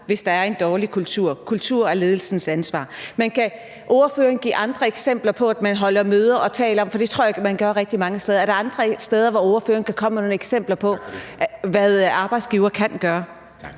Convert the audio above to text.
at der er en dårlig kultur. Kulturen er ledelsens ansvar. Men kan ordføreren give andre eksempler på det, end at man holder møder og taler om det, for det tror jeg man gør rigtig mange steder? Kan ordføreren komme med nogle andre eksempler på, hvad arbejdsgiverne kan gøre